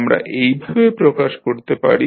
আমরা এইভাবে প্রকাশ করতে পারি